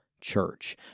church